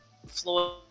Floyd